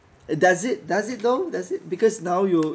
does it does it though does it because now you